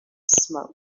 smoke